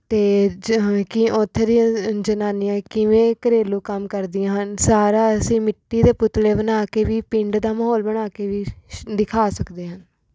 ਅਤੇ ਜਿਵੇਂ ਕਿ ਉੱਥੇ ਦੀਆਂ ਜਨਾਨੀਆਂ ਕਿਵੇਂ ਘਰੇਲੂ ਕੰਮ ਕਰਦੀਆਂ ਹਨ ਸਾਰਾ ਅਸੀਂ ਮਿੱਟੀ ਦੇ ਪੁਤਲੇ ਬਣਾ ਕੇ ਵੀ ਪਿੰਡ ਦਾ ਮਾਹੌਲ ਬਣਾ ਕੇ ਵੀ ਦਿਖਾ ਸਕਦੇ ਹਾਂ